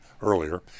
earlier